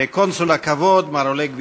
קונסול הכבוד מר אולג וישניאקוב,